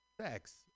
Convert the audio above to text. sex